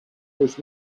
was